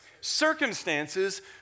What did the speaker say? Circumstances